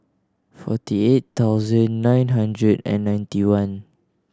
forty eight thousand nine hundred and ninety one